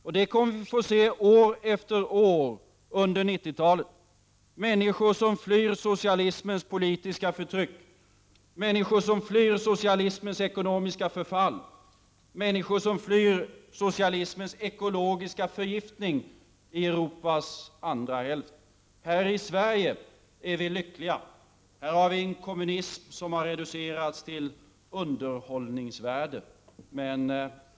År efter år under 1990-talet kommer vi att få se människor som flyr undan socialismens politiska förtryck, människor som flyr socialismens ekonomiska förfall och människor som flyr socialismens ekologiska förgiftning i Europas andra hälft. Här i Sverige är vi lyckliga. Här har vi en kommunism som har reducerats till underhållningsvärde.